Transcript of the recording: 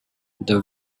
the